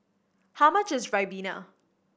how much is ribena